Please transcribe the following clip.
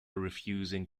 refusing